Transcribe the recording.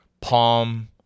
palm